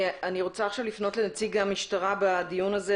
אני רוצה עכשיו לפנות לנציג המשטרה בדיון הזה,